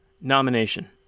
nomination